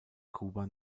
kuba